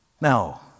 Now